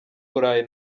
burayi